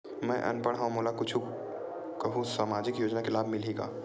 मैं अनपढ़ हाव मोला कुछ कहूं सामाजिक योजना के लाभ मिलही का?